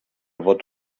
vot